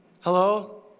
hello